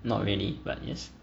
not really but yes